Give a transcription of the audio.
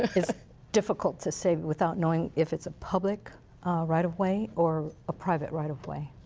it's difficult to say without knowing if it's a public right of way or ah private right of way.